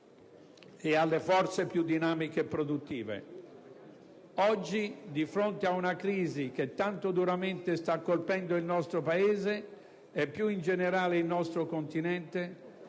e alle forze più dinamiche e produttive. Oggi, di fronte a una crisi che tanto duramente sta colpendo il nostro Paese e più in generale il nostro continente,